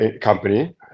company